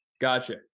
gotcha